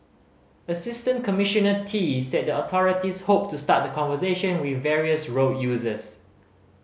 Assistant Commissioner Tee said the authorities hoped to start the conversation with various road users